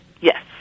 Yes